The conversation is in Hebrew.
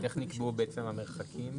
איך נקבעו בעצם המרחקים?